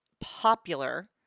popular